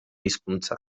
hizkuntza